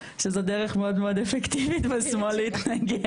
שזו דרך מאוד מאוד אפקטיבית בשמאל להתנגד,